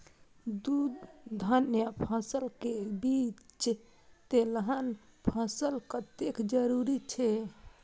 दू धान्य फसल के बीच तेलहन फसल कतेक जरूरी छे?